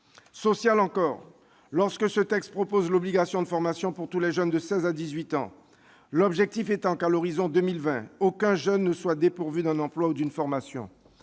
l'est encore lorsqu'il propose d'instaurer une obligation de formation pour tous les jeunes de 16 à 18 ans, l'objectif étant que, à l'horizon de 2020, aucun jeune ne soit dépourvu d'un emploi ou d'une formation.